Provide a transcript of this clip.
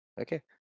Okay